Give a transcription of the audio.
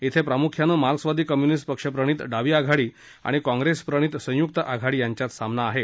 क्री प्रामुख्यानं मार्क्सवादी कम्युनिस्ट पक्षप्रणित डावी आघाडी आणि काँग्रेस प्रणित संयुक्त आघाडी यांच्यात सामना आहे